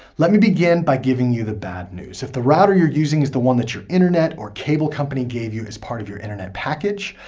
let me begin by giving you the bad news. if the router you're using is the one that your internet or cable company gave you as part of your internet package,